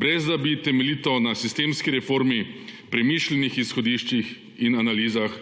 brez da bi temeljila na sistemski reformi, premišljenih izhodiščih in analizah.